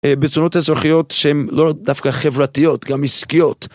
בצורות אזרחיות שהן לא דווקא חברתיות, גם עסקיות.